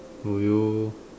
do you